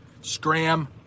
Scram